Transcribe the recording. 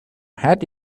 hat